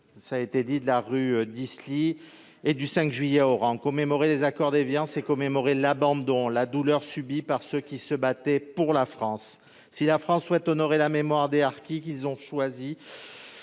comme ceux de la rue d'Isly et du 5 juillet à Oran. Commémorer les accords d'Évian, c'est commémorer l'abandon et la douleur subie par ceux qui se battaient pour la France. Si la France souhaite honorer la mémoire des harkis, qui l'ont choisie